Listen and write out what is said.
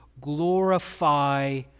glorify